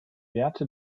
werte